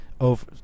over